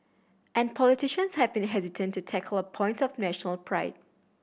and politicians have been hesitant to tackle a point of national pride